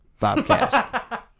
Bobcast